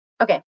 Okay